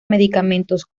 medicamentos